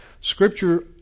Scripture